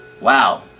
Wow